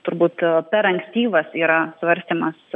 turbūt per ankstyvas yra svarstymas